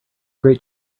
great